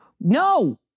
no